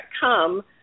come